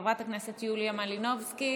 חברת הכנסת יוליה מלינובסקי,